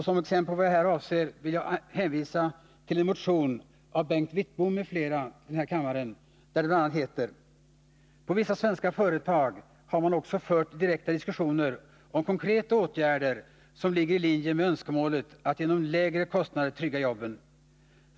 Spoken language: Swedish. Som exempel på vad jag här avser vill jag hänvisa till en motion av Bengt Wittbom m.fl. där det bl.a. heter: ”På vissa svenska företag har man också fört direkta diskussioner om konkreta åtgärder som ligger i linje med önskemålet att genom lägre kostnader trygga jobben.